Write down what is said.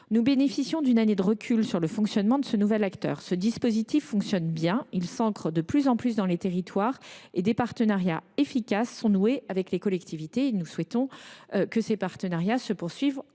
Nous bénéficions d’une année de recul sur le fonctionnement de ce nouvel acteur. Ce dispositif fonctionne bien et s’ancre de plus en plus dans les territoires. Des partenariats vertueux sont noués avec les collectivités, dont nous souhaitons qu’ils se poursuivent